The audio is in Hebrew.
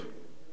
מאוד יכול להיות,